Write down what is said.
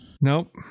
Nope